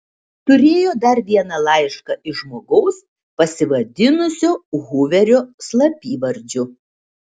turėjo dar vieną laišką iš žmogaus pasivadinusio huverio slapyvardžiu